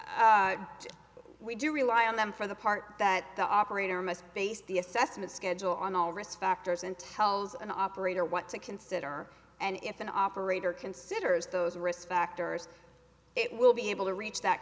we do rely on them for the part that the operator must base the assessment schedule on all risk factors and tells an operator what to consider and if an operator considers those risk factors it will be able to reach that